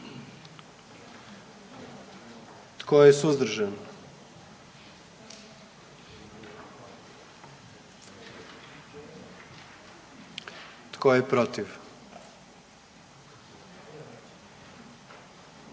Tko je suzdržan? I tko je protiv?